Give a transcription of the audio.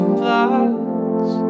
blocks